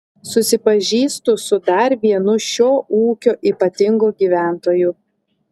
susipažįstu su dar vienu šio ūkio ypatingu gyventoju